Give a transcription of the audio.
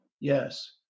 Yes